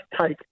take